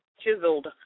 chiseled